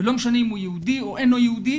ולא משנה אם הוא יהודי או אינו יהודי.